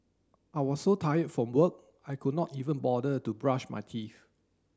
I was so tired from work I could not even bother to brush my teeth